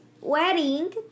wedding